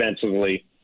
defensively